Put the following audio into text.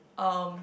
um